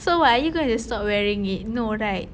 so what are you going to stop wearing it no right